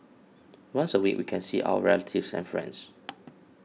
once a week we can see our relatives and friends